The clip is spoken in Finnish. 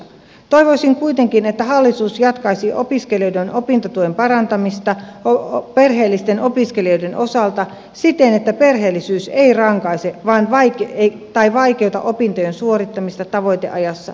toivoisin kuitenkin että hallitus jatkaisi opiskelijoiden opintotuen parantamista perheellisten opiskelijoiden osalta siten että perheellisyys ei rankaise tai vaikeuta opintojen suorittamista tavoiteajassa